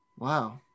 Wow